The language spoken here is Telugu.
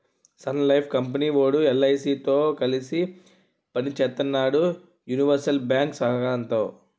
సన్లైఫ్ కంపెనీ వోడు ఎల్.ఐ.సి తో కలిసి పని సేత్తన్నాడు యూనివర్సల్ బ్యేంకు సహకారంతో